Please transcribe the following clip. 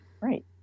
Right